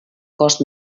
cost